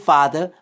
Father